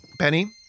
Penny